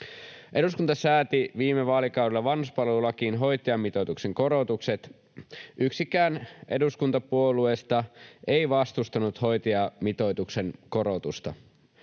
Eduskunta sääti viime vaalikaudella vanhuspalvelulakiin hoitajamitoituksen korotukset. Yksikään eduskuntapuolueista ei vastustanut hoitajamitoituksen korotusta.